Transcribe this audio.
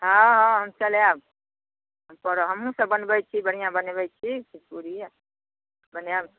हँ हँ हम चलायब हमहुँ सब बनबै छी बढ़िऑं बनबै छी भोजपुरिये बनायब